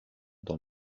dans